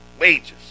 Wages